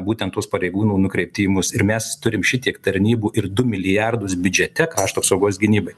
būtent tuos pareigūnų nukreipti į mus ir mes turim šitiek tarnybų ir du milijardus biudžete krašto apsaugos gynybai